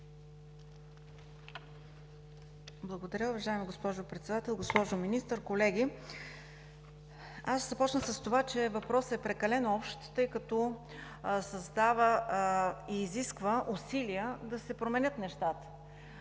Благодаря. Уважаема госпожо Председател, госпожо Министър, колеги! Аз започнах с това, че въпросът е прекалено общ, тъй като създава и изисква усилия да се променят нещата.